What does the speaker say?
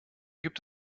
gibt